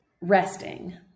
Resting